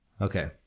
Okay